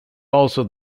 also